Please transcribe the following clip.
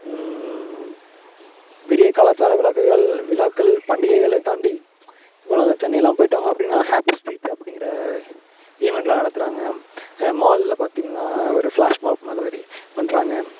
பெரிய கலாச்சார விழாக்குகள் விழாக்கள் பண்டிகைகளை தாண்டி இப்போலாம் சென்னையெலாம் போய்ட்டோங்க அப்படினா ஹேப்பி ஸ்ட்ரீட் அப்படிங்குற ஈவன்ட்லாம் நடத்துகிறாங்க மால்ல பார்த்தீங்கனா ஒரு ஃபிளாஷ்மாஃப் அந்த மாதிரி பண்ணுறாங்க